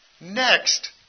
Next